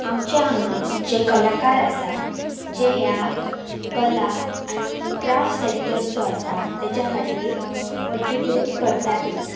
आमच्या हांगा जे कलाकार आसा जे ह्या कला आनी क्राफ्ट सॅक्टर जो आसा तेच्या खातीर कॉंट्रिब्यूट करतातूच